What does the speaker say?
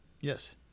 Yes